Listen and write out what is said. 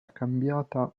cambiata